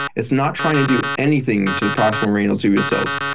it's not trying to do anything to the proximal renal tubule cells.